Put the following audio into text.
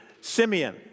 Simeon